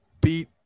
beat